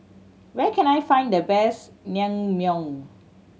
where can I find the best Naengmyeon